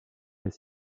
est